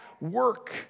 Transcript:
work